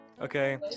Okay